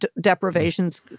deprivations